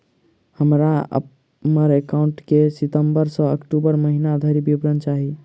हमरा हम्मर एकाउंट केँ सितम्बर सँ अक्टूबर महीना धरि विवरण चाहि?